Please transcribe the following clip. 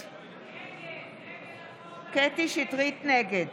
קטרין שטרית, נגד